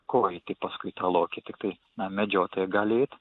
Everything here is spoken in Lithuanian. ko eiti paskui tą lokį tiktai na medžiotojai gali eit